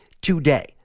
today